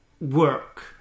work